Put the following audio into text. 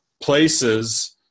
places